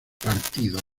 partido